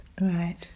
Right